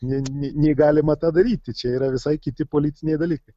nei nei galima tą daryti čia yra visai kiti politiniai dalykai